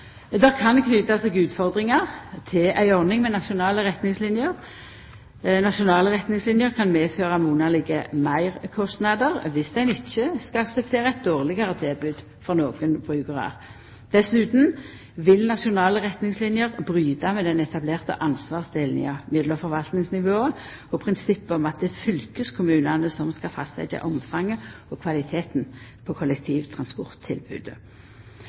Det kan knyta seg utfordringar til ei ordning med nasjonale retningslinjer. Nasjonale retningslinjer kan medføra monalege meirkostnader, dersom ein ikkje skal akseptera eit dårlegare tilbod for nokre brukarar. Dessutan vil nasjonale retningslinjer bryta med den etablerte ansvarsdelinga mellom forvaltningsnivåa og prinsippet om at det er fylkeskommunane som skal fastsetja omfanget av og kvaliteten på